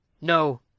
No